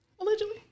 allegedly